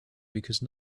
because